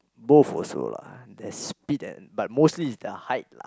both also lah the speed and but mostly it's the height lah